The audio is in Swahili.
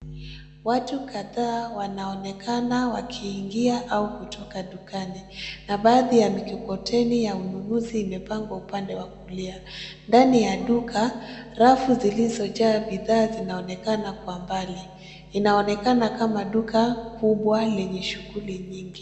Watu kadhaa wanaonekana wakiingia au kutoka dukani na baadhi ya mikokoteni ya ununuzi Imepangwa upande wa kulia. Ndani ya duka rafu zilizojaa bidhaa zinaonekana kwa mbali. Inaonekana kama duka kubwa lenye shughuli nyingi.